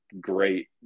great